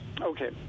Okay